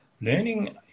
Learning